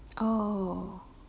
oh